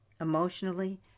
emotionally